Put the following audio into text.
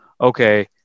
okay